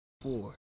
Four